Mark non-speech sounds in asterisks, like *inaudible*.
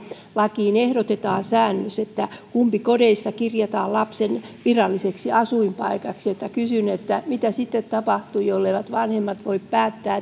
lakiin ehdotetaan säännös että kumpi kodeista kirjataan lapsen viralliseksi asuinpaikaksi kysyn mitä sitten tapahtuu jolleivät vanhemmat voi päättää *unintelligible*